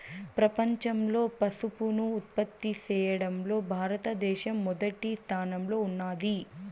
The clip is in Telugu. ప్రపంచంలో పసుపును ఉత్పత్తి చేయడంలో భారత దేశం మొదటి స్థానంలో ఉన్నాది